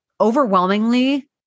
overwhelmingly